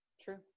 true